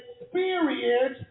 experience